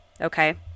okay